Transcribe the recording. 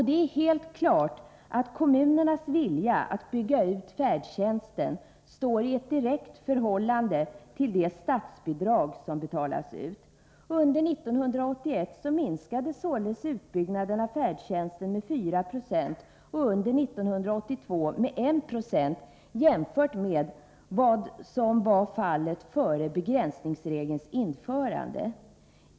Det är helt klart att kommunernas vilja att bygga ut färdtjänsten står i ett direkt förhållande till de statsbidrag som betalas ut. Under 1981 minskades således utbyggnaden av färdtjänsten med 496 och under 1982 med 196 jämfört med vad som varit fallet före begränsningsregelns införande.